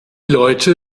leute